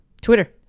Twitter